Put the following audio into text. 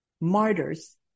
martyrs